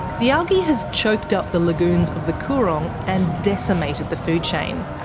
the algae has choked up the lagoons of the coorong and decimated the food chain.